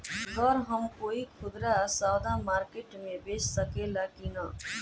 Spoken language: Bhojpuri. गर हम कोई खुदरा सवदा मारकेट मे बेच सखेला कि न?